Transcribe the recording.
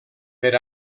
per